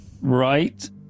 right